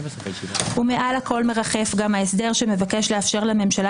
ומעל הכול מרחף גם ההסדר שמבקש לאפשר לממשלה